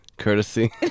Courtesy